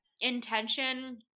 intention